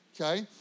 okay